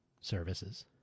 services